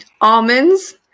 Almonds